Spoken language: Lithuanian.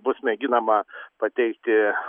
bus mėginama pateikti